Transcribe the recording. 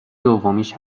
دومیش